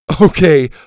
Okay